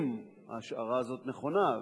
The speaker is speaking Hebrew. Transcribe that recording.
אם ההשערה הזאת נכונה,